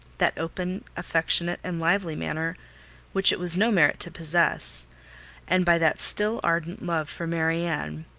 that open, affectionate, and lively manner which it was no merit to possess and by that still ardent love for marianne,